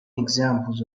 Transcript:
examples